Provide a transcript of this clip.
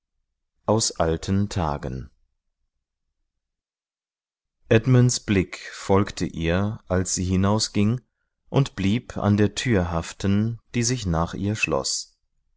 aus alten tagen edmunds blick folgte ihr als sie hinausging und blieb an der tür haften die sich nach ihr schloß